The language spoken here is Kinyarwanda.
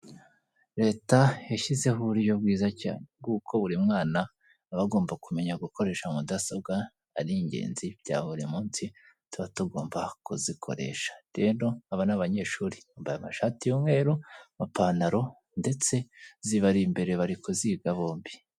Leta yashyizeho uburyo bwiza cyane bw'uko buri mwana aba agomba kumenya gukoresha mudasobwa, ari ingenzi bya buri munsi, tuba tugomba kuzikoresha. Rero aba ni abanyeshuri, bambaye amashati y'umweru, amapantaro ndetse zibari imbere bari kuziga bombi.